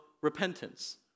repentance